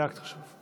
זה אקט חשוב.